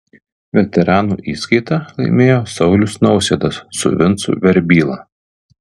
veteranų įskaitą laimėjo saulius nausėdas su vincu verbyla